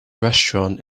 restaurant